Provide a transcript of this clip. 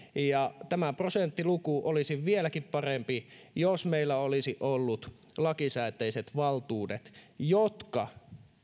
tämä prosenttiluku olisi vieläkin parempi jos meillä olisi ollut lakisääteiset valtuudet jotka